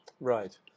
Right